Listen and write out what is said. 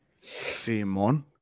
Simon